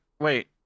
Wait